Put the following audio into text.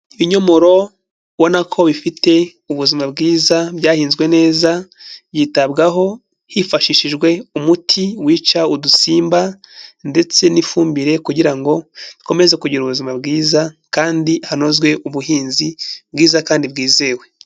Ibinyomoro ubona ko bifite ubuzima bwiza byahinzwe neza, yitabwaho hifashishijwe umuti wica udusimba ndetse n'ifumbire kugira ngo ikomeze kugira ubuzima bwiza kandi hanozwe ubuhinzi bwiza kandi bwizewe.